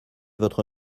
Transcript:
votre